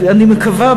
אני מקווה,